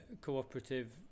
Cooperative